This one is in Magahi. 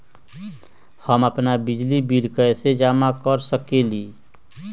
हम अपन बिजली बिल कैसे जमा कर सकेली?